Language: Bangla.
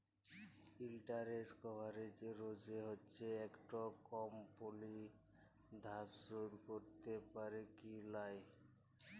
ইলটারেস্ট কাভারেজ রেসো হচ্যে একট কমপালি ধার শোধ ক্যরতে প্যারে কি লায়